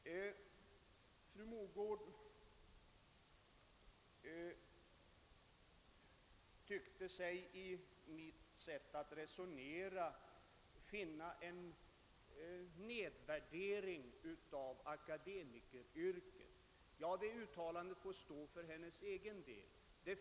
Fru Mogård tyckte sig i mitt sätt att resonera finna en nedvärdering av akademikerna. Det uttalandet får stå för hennes egen del.